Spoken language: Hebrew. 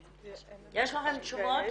יש לכן תשובות?